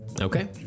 okay